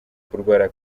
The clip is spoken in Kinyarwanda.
kurwara